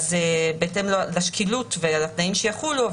בהתאם לשקילות ולתנאים שיחולו,